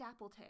Dappletail